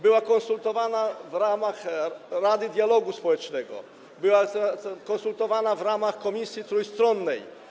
Była ona konsultowana w ramach Rady Dialogu Społecznego, była konsultowana w ramach Komisji Trójstronnej.